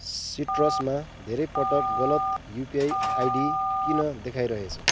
सिट्रसमा धेरै पटक गलत युपिआई आइडी किन देखाइरहेछ